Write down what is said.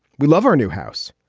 we love our new house,